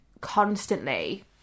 constantly